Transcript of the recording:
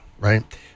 right